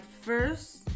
first